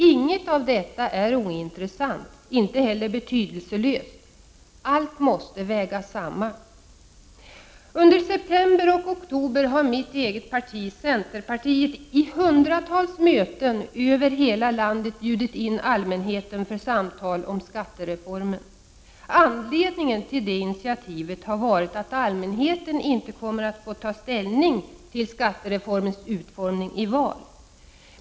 Inget av detta är ointressant, inte heller betydelselöst. Allt måste vägas samman. Under september och oktober har mitt eget parti, centerpartiet, bjudit in allmänheten till hundratals möten över hela landet för samtal om skattereformen. Anledningen till det initiativet har varit att allmänheten inte kommer att få ta ställning till skattereformens utformning i val.